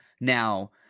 Now